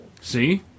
See